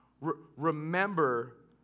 Remember